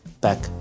back